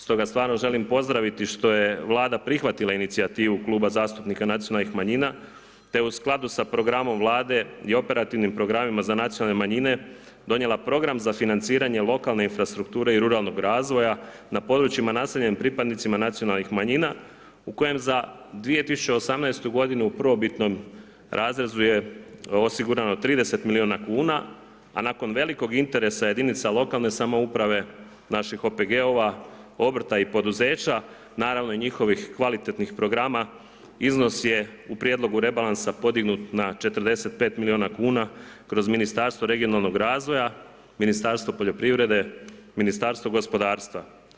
Stoga stvarno želim pozdraviti što je Vlada prihvatila inicijativu Kluba zastupnika nacionalnih manjina, te u skladu sa programom Vlade i operativnim programima za Nacionalne manjine donijela program za financiranje lokalne infrastrukture i ruralnog razvoja na područjima naseljenim pripadnicima nacionalnih manjina u kojem za 2018. godinu u prvobitno razrezu je osigurano 30 milijuna kuna, a nakon velikog interesa jedinica lokalne samouprave, naših OPG-ova, obrta i poduzeća, naravno i njihovih kvalitetnih programa iznos je u prijedlogu rebalansa podignut na 45 milijuna kuna kroz Ministarstvo regionalnog razvoja, Ministarstvo poljoprivrede, Ministarstvo gospodarstva.